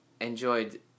enjoyed